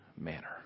manner